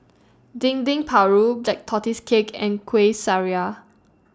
Dendeng Paru Black Tortoise Cake and Kuih